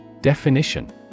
Definition